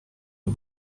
aux